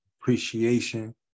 appreciation